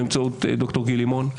באמצעות גיל לימון,